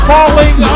Falling